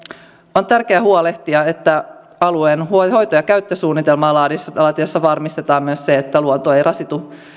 on tärkeää huolehtia että alueen hoito ja käyttösuunnitelmaa laatiessa varmistetaan myös se että luonto ei rasitu